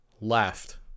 left